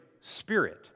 spirit